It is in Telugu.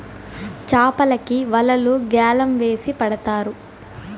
చాపలకి వలలు గ్యాలం వేసి పడతారు